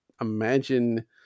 imagine –